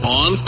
on